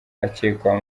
akekwaho